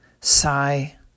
Sigh